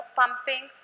pumping